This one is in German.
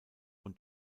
und